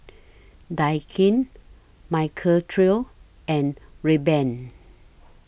Daikin Michael Trio and Rayban